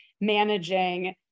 managing